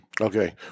Okay